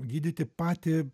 gydyti patį